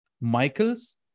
Michaels